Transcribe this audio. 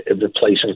replacing